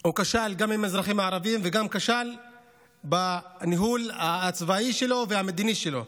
הוא כשל גם עם האזרחים הערבים וגם כשל בניהול הצבאי שלו והמדיני שלו.